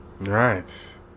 right